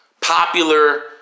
popular